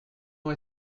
ont